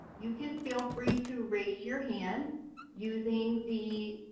you can feel free to raise your hand using the,